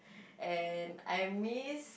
and I miss